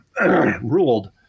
ruled